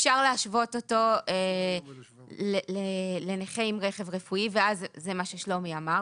אפשר להשוות אותו לנכה עם רכב רפואי ואז זה מה ששלומי אמר,